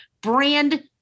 brand